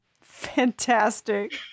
Fantastic